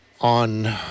on